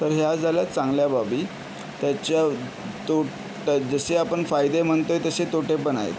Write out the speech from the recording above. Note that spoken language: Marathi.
तर ह्या झाल्या चांगल्या बाबी त्याच्या तो जसे आपण फायदे म्हणतो आहे तसे तोटे पण आहेत